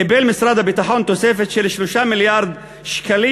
קיבל משרד הביטחון תוספת של 3 מיליארד שקלים